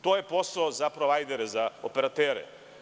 To je posao za provajdere, za operatere.